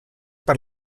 per